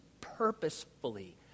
purposefully